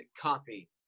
coffee